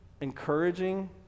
encouraging